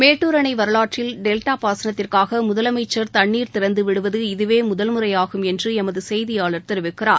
மேட்டூர் அணை வரலாற்றில் டெல்டா பாசனத்திற்காக முதலமைச்சர் தண்ணீர் திறந்து விடுவது இதவே முதல் முறையாகும் என்று எமது செய்தியாளர் தெரிவிக்கிறார்